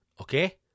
Okay